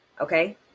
Okay